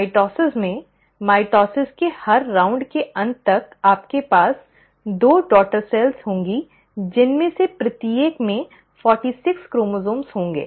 mitosis में mitosis के हर राउंड के अंत तक आपके पास दो डॉटर सेल्स होंगे जिनमें से प्रत्येक में 46 क्रोमोसोम्स होंगे